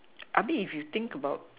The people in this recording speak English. I mean if you think about